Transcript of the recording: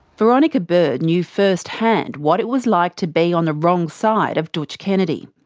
veronica bird knew first-hand what it was like to be on the wrong side of dootch kennedy.